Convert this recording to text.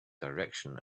direction